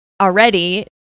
already